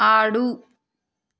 ఆడు